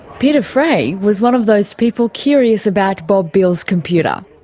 peter fray was one of those people curious about bob beale's computer.